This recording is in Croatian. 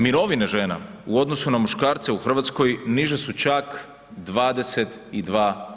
Mirovine žena u odnosu na muškarce u Hrvatskoj niže su čak 22%